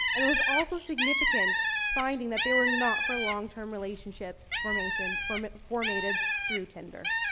and it was also significant finding that they were not for long term relationships formation for formatted through tinder.